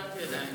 לא הבנתי עדיין.